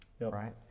right